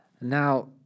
Now